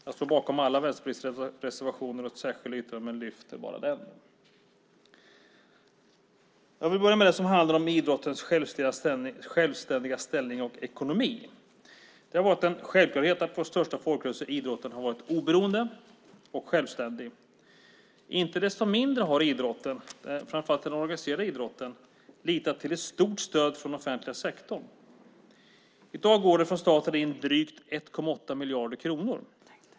Jag står bakom alla Vänsterpartiets reservationer och särskilda yttranden, men jag yrkar bifall bara till denna. Jag vill börja med det som handlar om idrottens självständiga ställning och ekonomi. Det har varit en självklarhet att vår största folkrörelse idrotten har varit oberoende och självständig. Inte desto mindre har idrotten, framför allt den organiserade idrotten, litat till ett stort stöd från den offentliga sektorn. I dag går det från staten in drygt 1,8 miljarder kronor.